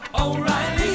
O'Reilly